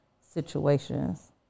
situations